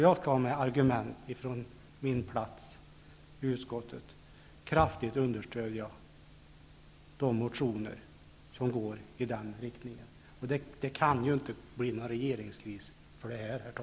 Jag skall, från min plats i utskottet, kraftigt understödja de motioner som går i den riktningen. Det kan ju inte, herr talman, bli någon regeringskris för detta.